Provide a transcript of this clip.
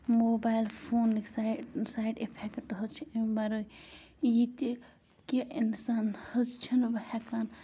mobile فونٕکۍ side side effect حظ چھِ اَمہِ وَرٲے یہِ تہِ کہِ اِنسان حظ چھِنہٕ وۄنۍ ہٮ۪کان